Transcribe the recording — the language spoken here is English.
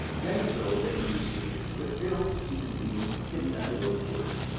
many girls at neelie's age would have failed to see the meaning hidden under those words.